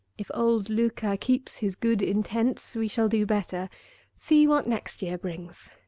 if old luca keeps his good intents, we shall do better see what next year brings!